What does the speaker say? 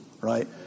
right